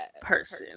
person